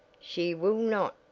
she will not!